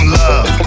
love